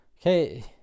Okay